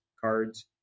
cards